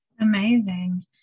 Amazing